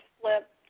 flip